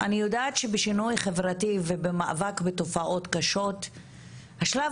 אני יודעת שבשינוי חברתי ובמאבק בתופעות קשות השלב